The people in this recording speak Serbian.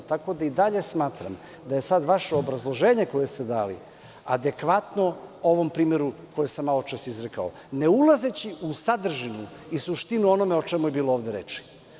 Tako da i dalje smatram da je sada vaše obrazloženje koje ste dali, adekvatno ovom primeru koji sam malopre izrekao, ne ulazeći u sadržinu i suštinu onoga o čemu je bilo ovde reči.